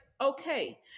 okay